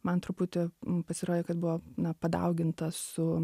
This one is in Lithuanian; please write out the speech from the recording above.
man truputį pasirodė kad buvo padauginta su